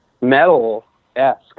metal-esque